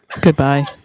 Goodbye